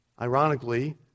Ironically